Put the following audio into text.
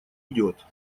идёт